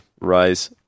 Rise